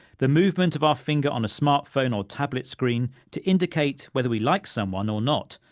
the movement of our finger on a smartphone or tablet screen to indicate whether we like someone or not.